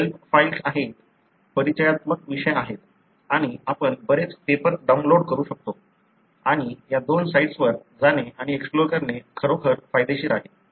help files आहेत परिचयात्मक विषय आहेत आणि आपण बरेच पेपर डाउनलोड करू शकतो आणि या दोन साइट्सवर जाणे आणि एक्सप्लोर करणे खरोखर फायदेशीर आहे